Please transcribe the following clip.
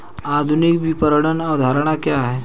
आधुनिक विपणन अवधारणा क्या है?